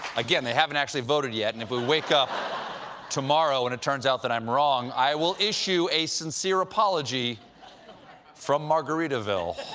again, they haven't actually voted yet. and if we wake up tomorrow and it turns out i'm wrong, i will issue a so and severe apology from margaritaville.